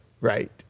Right